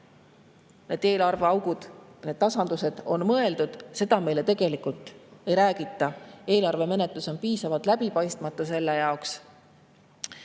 need eelarveaugu tasandused on mõeldud, meile tegelikult ei räägita. Eelarve menetlus on piisavalt läbipaistmatu selle jaoks